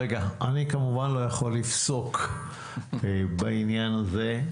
אני כמובן לא יכול לפסוק בעניין הזה,